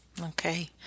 Okay